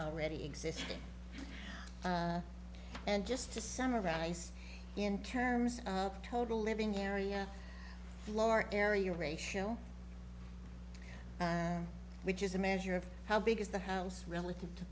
already existing and just to summarize in terms of total living area floor area ratio which is a measure of how big is the house relative to